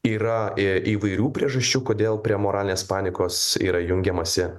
yra įvairių priežasčių kodėl prie moralinės panikos yra jungiamasi